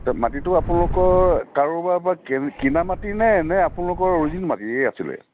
তো মাটিটো আপোনালোকৰ কাৰোবাৰপৰা কিনা মাটি নে নে আপোনালোকৰ অৰিজিন মাটিয়ে আছিলে